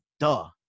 Duh